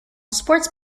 sports